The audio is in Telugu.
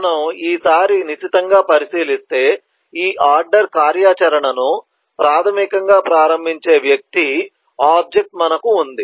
మనము ఈసారి నిశితంగా పరిశీలిస్తే ఈ ఆర్డర్ కార్యాచరణను ప్రాథమికంగా ప్రారంభించే వ్యక్తి ఆబ్జెక్ట్ మనకు ఉంది